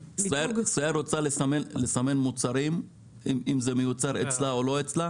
רוצה לסמן אם המוצר מיוצר אצלה או לא?